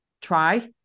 try